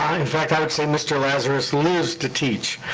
in fact, i would say mr. lazarus lives to teach.